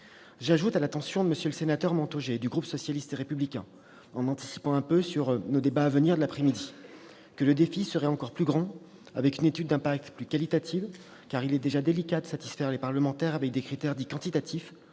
J'ajoute, à l'attention de M. le sénateur Montaugé et du groupe socialiste et républicain, en anticipant un peu sur nos débats de l'après-midi, que le défi serait encore plus difficile à relever avec une étude d'impact plus « qualitative ». Il est déjà délicat de satisfaire les parlementaires avec des critères dits « quantitatifs